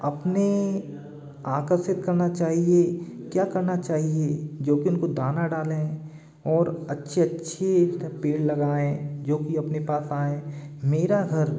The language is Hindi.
अपने आकर्षित करना चाहिए क्या करना चाहिए जोकि उनको दाना डालें और अच्छे अच्छे पेड़ लगाएं जोकि अपने पास आएं मेरा घर